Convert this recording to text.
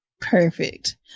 Perfect